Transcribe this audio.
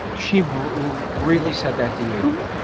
but she really said that to you!